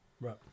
Right